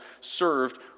served